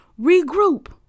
regroup